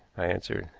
i answered.